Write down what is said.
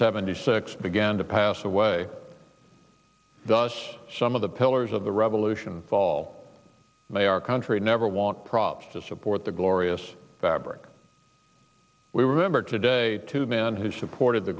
seventy six began to pass away thus some of the pillars of the revolution all they our country never want props to support the glorious fabric we remember today two men who supported the